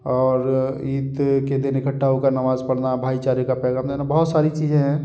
और ईद के दिन इकट्ठा होकर नमाज़ पढ़ना भाई चारे का पैग़ाम देना बहुत सारी चीज़ें हैं